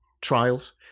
trials